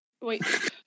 Wait